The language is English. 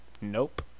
Nope